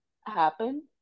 happen